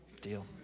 Deal